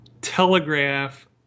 telegraph